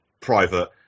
private